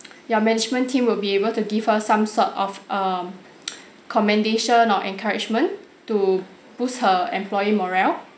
your management team will be able to give her some sort of um commendation or encouragement to boost her employee morale